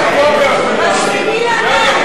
אתה מנהל פה את כל העניינים,